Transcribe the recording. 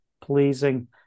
pleasing